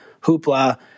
hoopla